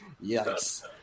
yes